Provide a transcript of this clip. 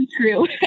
true